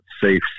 safe